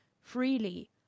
freely